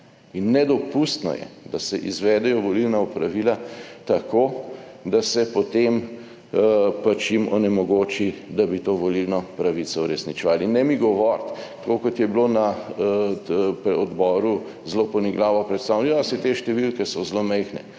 In nedopustno je, da se izvedejo volilna opravila tako, da se jim potem onemogoči, da bi to volilno pravico uresničeval. In ne mi govoriti, tako kot je bilo na odboru zelo poniglavo predstavljeno, »saj te številke so zelo majhne«,